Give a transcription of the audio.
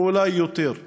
ואולי יותר.